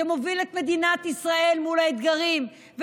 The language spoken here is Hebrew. שמוביל את מדינת ישראל מול האתגרים,